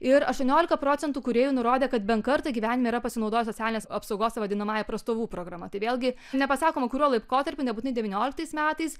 ir aštuoniolika procentų kūrėjų nurodė kad bent kartą gyvenime yra pasinaudoję socialinės apsaugos vadinamąja prastovų programa tai vėlgi nepasakoma kuriuo laikotarpiu nebūtinai devynioliktais metais